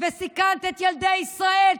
וסיכנת את ילדי ישראל.